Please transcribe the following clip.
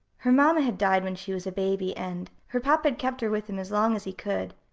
her mamma had died when she was a baby, and her papa had kept her with him as long as he could.